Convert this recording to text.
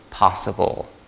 possible